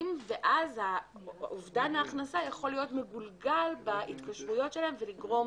ואז אובדן ההכנסה יכול להיות מגולגל בהתקשרויות שלהם ולגרום